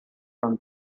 from